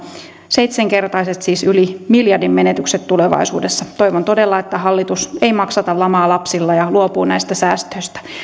seitsenkertaiset siis yli miljardin menetykset tulevaisuudessa toivon todella että hallitus ei maksata lamaa lapsilla ja luopuu näistä säästöistä vain